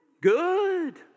Good